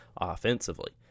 offensively